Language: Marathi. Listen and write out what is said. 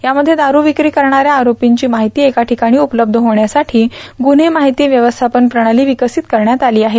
यामध्ये दारू विकी करणाऱ्या आरोपींची माहिती एका ठिकाणी उपलब होण्यासाठी ग्रुव्हे माहिती व्यवस्थापन प्रणाली विकसित करण्यात आली आहे